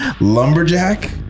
Lumberjack